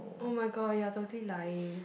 oh my god you are totally lying